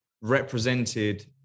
represented